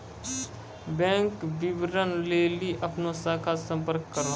bank विबरण लेली अपनो शाखा से संपर्क करो